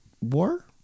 War